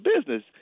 business